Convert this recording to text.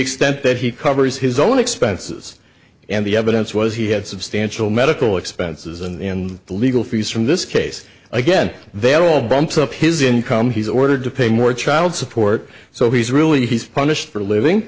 extent that he covers his own expenses and the evidence was he had substantial medical expenses and the legal fees from this case again they all bumps up his income he's ordered to pay more child support so he's really he's punished for living